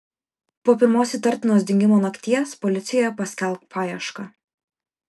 po pirmos įtartinos dingimo nakties policijoje paskelbk paiešką